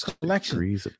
collection